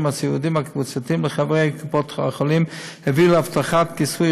הסיעודיים הקבוצתיים לחברי קופות החולים הביאו להבטחת כיסוי